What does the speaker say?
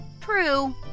True